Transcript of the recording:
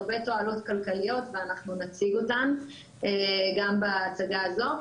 הרבה תועלות כלכליות ואנחנו נציג אותן גם בהצגה הזו,